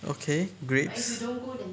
okay grapes